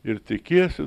ir tikėsiu